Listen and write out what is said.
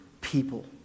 people